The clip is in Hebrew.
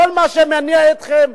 כל מה שמניע אתכם,